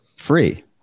free